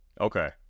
Okay